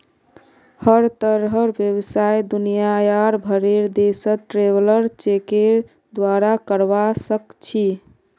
हर तरहर व्यवसाय दुनियार भरेर देशत ट्रैवलर चेकेर द्वारे करवा सख छि